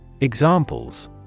Examples